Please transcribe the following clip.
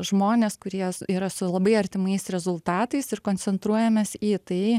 žmonės kurie yra su labai artimais rezultatais ir koncentruojamės į tai